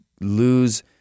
lose –